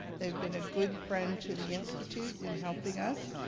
they've been a good friend to the institute in helping us,